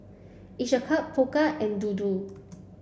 each a cup Pokka and Dodo